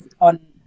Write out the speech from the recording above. on